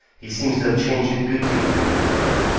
he seems to have changed a good deal before he died.